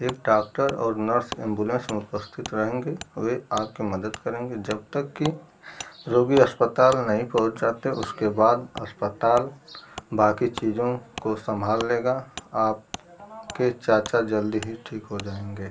एक डॉक्टर और nurse ambulance में उपस्थित रहेंगे वे आपकी मदद करेंगे जब तक कि रोगी अस्पताल नहीं पहुँच जाते उसके बाद अस्पताल बाकी चीज़ों को संभाल लेगा आपके चाचा जल्द ही ठीक हो जाएंगे